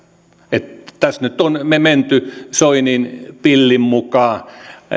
tässä nyt on menty soinin pillin mukaan